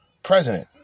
President